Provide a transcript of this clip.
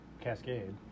Cascade